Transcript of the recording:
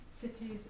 cities